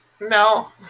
No